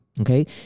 Okay